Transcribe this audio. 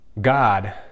God